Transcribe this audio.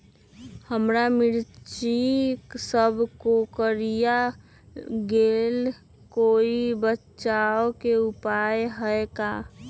हमर मिर्ची सब कोकररिया गेल कोई बचाव के उपाय है का?